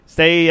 Stay